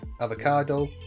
avocado